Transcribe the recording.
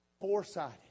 Foresighted